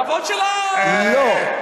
חבל שלא, לא.